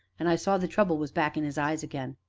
and i saw the trouble was back in his eyes again.